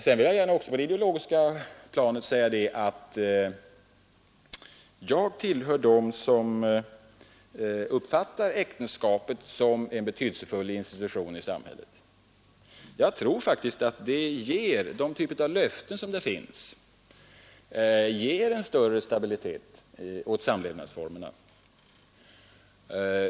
Medan vi rör oss på det ideologiska planet vill jag gärna också säga, att jag tillhör dem som uppfattar äktenskapet som en betydelsefull institution i samhället. Jag tror faktiskt att den typ av löften som där finns ger en större stabilitet åt samlevnadsformerna.